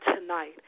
tonight